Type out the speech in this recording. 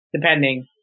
depending